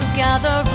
gather